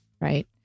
right